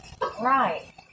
Right